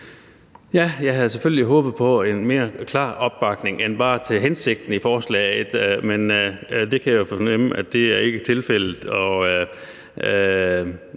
Jeg havde selvfølgelig håbet på en mere klar opbakning end bare en opbakning til hensigten med forslaget, men det kan jeg fornemme ikke er tilfældet.